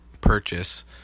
purchase